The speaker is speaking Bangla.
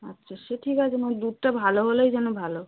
আচ্ছা সে ঠিক আছে নয় দুধটা ভালো হলেই যেন ভালো